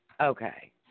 Okay